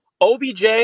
OBJ